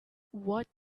what